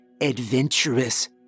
adventurous